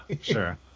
sure